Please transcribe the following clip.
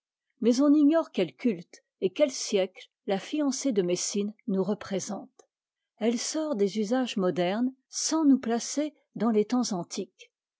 mais on ignore quel culte et quel siècle la fiancée de mmsine nous représente elle sort des usages modernes sans nous placer dans les temps antiques